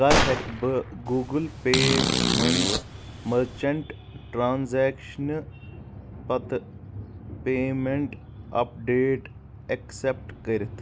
کَر ہٮ۪کہٕ بہٕ گوٗگٕل پے منٛز مٔرچیٚنٹ ٹرانٛزیکشنہِ پتہٕ پیمیٚنٹ اپ ڈیٹ ایکسپکٹ کٔرِتھ